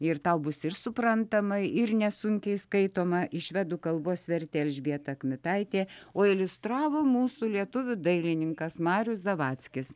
ir tau bus ir suprantama ir nesunkiai skaitoma iš švedų kalbos vertė elžbieta kmitaitė o iliustravo mūsų lietuvių dailininkas marius zavadskis